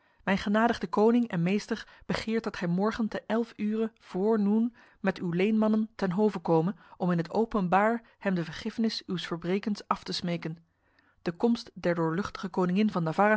mijn genadige koning en meester begeert dat gij morgen ten elf ure vr noen met uw leenmannen ten hove kome om in het openbaar hem de vergiffenis uws verbrekens af te smeken de komst der doorluchtige koningin van